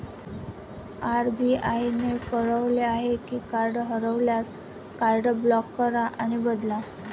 RBI ने कळवले आहे की कार्ड हरवल्यास, कार्ड ब्लॉक करा आणि बदला